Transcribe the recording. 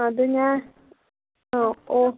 അത് ഞാൻ അ ഓ